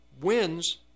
wins